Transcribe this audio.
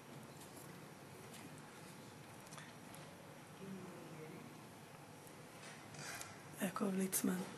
יעקב ליצמן,